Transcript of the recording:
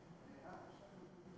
ויגיע עד לרמות השכר הגבוהות